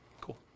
Cool